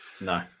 No